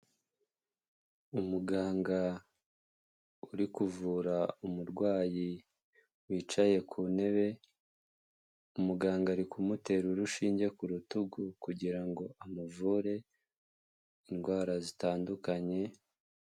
Umuganga uri kuvura umurwayi wicaye ku ntebe, umuganga ari kumutera urushinge ku rutugu kugira ngo amuvure indwara zitandukanye.